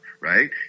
right